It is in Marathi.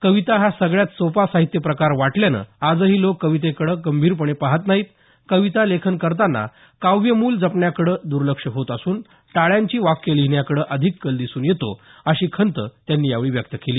कविता हा सगळ्यात सोपा साहित्य प्रकार वाटल्यानं आजही लोक कवितेकडं गंभीरपणे पाहत नाहीत कविता लेखन करताना काव्यमूल्य जपण्याकडं दर्लक्ष होत असून टाळ्यांची वाक्य लिहिण्याकडं अधिक कल दिसून येतो अशी खंत त्यांनी यावेळी व्यक्त केली